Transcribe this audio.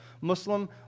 Muslim